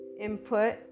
input